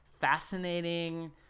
fascinating